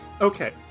Okay